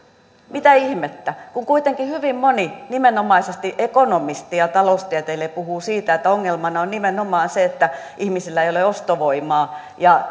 mitä ihmettä kun kuitenkin hyvin moni nimenomaisesti ekonomisti ja taloustieteilijä puhuu siitä että ongelmana on nimenomaan se että ihmisillä ei ole ostovoimaa